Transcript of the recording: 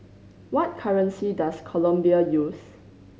what currency does Colombia use